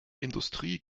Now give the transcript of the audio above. industrie